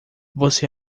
você